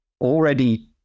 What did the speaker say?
already